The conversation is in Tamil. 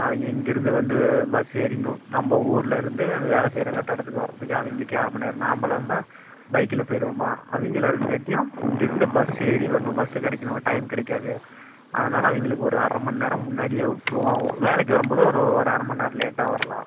அவங்க இங்கேயிருந்து வந்து பஸ் ஏறி இங்கே நம்ம ஊர்லேருந்து நாங்கள் வேலை செய்கிற கட்டிடத்துக்கு வரத்துக்கு அவங்களுக்கே அரை மணி நேரம் நம்பளா இருந்தால் பைக்கில் போயிடுவோமா அவங்களா இருக்கங்காட்டியும் இங்கே இருந்து பஸ்ஸு ஏறி வரணும் பஸ்ஸு கிடைக்கணும் டைம் கிடைக்காது அதனால் அவங்களுக்கு ஒரு அரை மணி நேரம் முன்னாடியே விட்ருவோம் வேலைக்கு வரும்போது ஒரு ஒரு அரை மணிநேரம் லேட்டாக வரலாம்